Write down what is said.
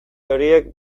horiek